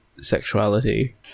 sexuality